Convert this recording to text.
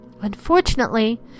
Unfortunately